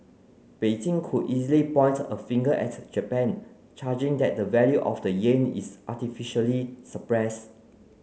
Beijing could easily point a finger at Japan charging that the value of the yen is artificially suppressed